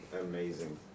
Amazing